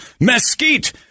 Mesquite